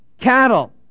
cattle